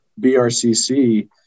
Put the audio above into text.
BRCC